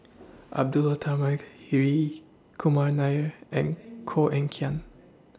Abdullah Tarmugi Hri Kumar Nair and Koh Eng Kian